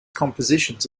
compositions